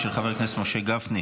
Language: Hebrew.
של חבר הכנסת משה גפני.